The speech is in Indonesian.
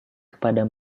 kepada